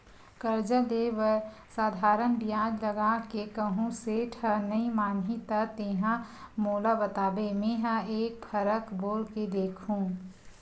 करजा ले बर साधारन बियाज लगा के कहूँ सेठ ह नइ मानही त तेंहा मोला बताबे मेंहा एक फरक बोल के देखहूं